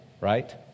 right